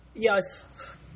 Yes